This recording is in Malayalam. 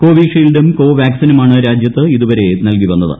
കോവി ഷീൽഡും കോ വാക്സിനുമാണ് രാജ്യത്ത് ഇതുവരെ നൽകിവന്നത്